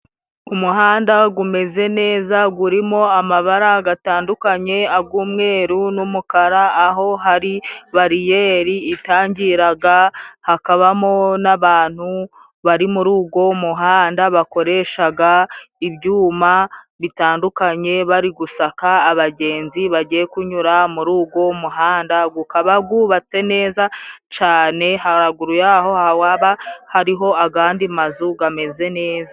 Umuhanda gumeze neza, urimo amabara gatandukanye，ag'umweru n'umukara，aho hari bariyeri itangiraga， hakabamo n'abantu bari muri ugo muhanda bakoreshaga ibyuma bitandukanye bari gusaka abagenzi bagiye kunyura muri ugo muhanda gukaba gubatse neza cane，haraguru yaho haba hariho agandi mazu gameze neza.